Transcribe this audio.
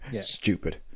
stupid